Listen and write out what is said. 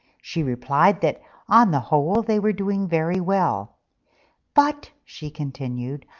she replied that on the whole they were doing very well but, she continued,